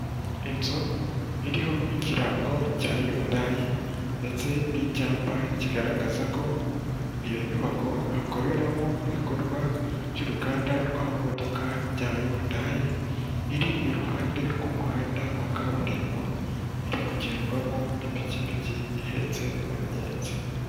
Inzu iriho ikirango cya yundayi ndetse n'icyapa kigaragaza ko iyo nyubako hakoreramo ibikorwa by'uruganda rw'amamodoka bya yundayi iri iruhande rw'umuhanda wa kaburimbo iri kugendwamo n'ipikipiki ihetse umugenzi.